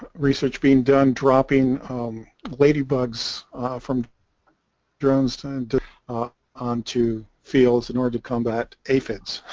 research being done dropping ladybugs from drones turn to our onto fields in order to combat david's